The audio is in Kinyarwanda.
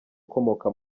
ukomoka